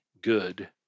Good